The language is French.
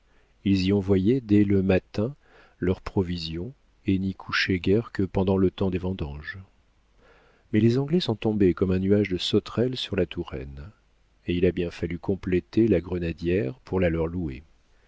ils y envoyaient dès le matin leurs provisions et n'y couchaient guère que pendant le temps des vendanges mais les anglais sont tombés comme un nuage de sauterelles sur la touraine et il a bien fallu compléter la grenadière pour la leur louer